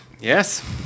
Yes